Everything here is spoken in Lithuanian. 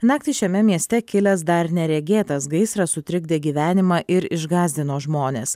naktį šiame mieste kilęs dar neregėtas gaisras sutrikdė gyvenimą ir išgąsdino žmones